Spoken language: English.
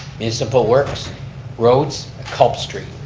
municipal works roads culp street.